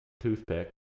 toothpick